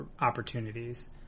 opportunities